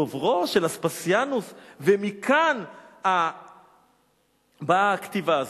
דוברו של אספסיאנוס, ומכאן באה הכתיבה הזאת.